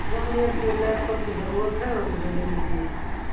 اس لیے مجھے ایک لیپ ٹاپ کی ضرورت ہے وہ مجھے لینی تھی